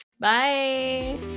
bye